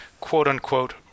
quote-unquote